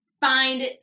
find